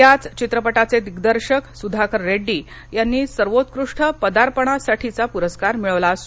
याच चित्रपटाचे दिग्दर्शक सुधाकर रेड्डी यांनी सर्वोत्कृष्ट पदार्पणासाठीचा पुरस्कार मिळवला आहे